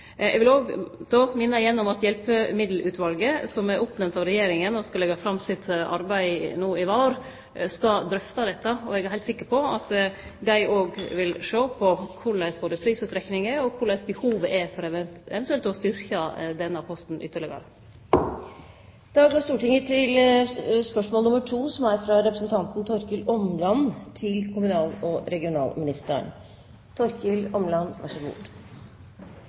igjen minne om at Hjelpemiddelutvalet, som er oppnemnt av Regjeringa, og skal leggje fram sitt arbeid no i vår, skal drøfte dette, og eg er heilt sikker på at dei òg vil sjå både på prisutrekninga og på behovet for eventuelt å styrkje denne posten ytterlegare. Jeg tillater meg å stille et spørsmål til kommunal- og regionalministeren: «I Dagsavisen 18. mars i år er